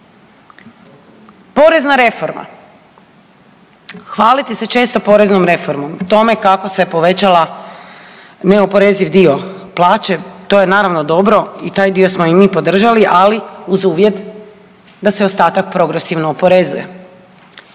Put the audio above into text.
Porezna reforma. Hvalite se često poreznom reformom, o tome kako se povećala neoporeziv dio plaće. To je naravno dobro i taj dio smo i mi podržali, ali uz uvjet da se ostatak progresivno oporezuje